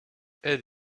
elle